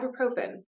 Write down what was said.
ibuprofen